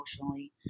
emotionally